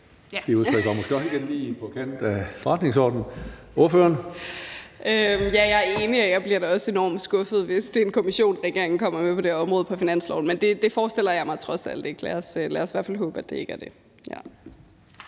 Ja, jeg er enig. Jeg bliver da også enormt skuffet, hvis det er en kommission, som regeringen kommer med på det her område på finansloven, men det forestiller jeg mig trods alt ikke. Lad os i hvert fald håbe, at det ikke er det.